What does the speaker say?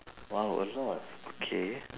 !wow! a lot okay